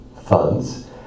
funds